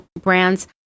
brands